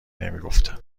نمیگفتم